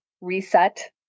reset